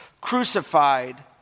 crucified